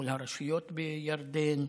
מול הרשויות בירדן,